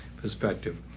perspective